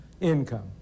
income